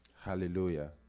Hallelujah